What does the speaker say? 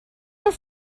are